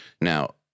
Now